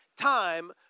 time